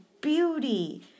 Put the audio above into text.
beauty